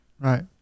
Right